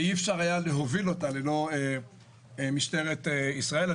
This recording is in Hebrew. ואי אפשר היה להוביל אותה ללא משטרת ישראל.